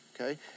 Okay